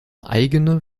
eigene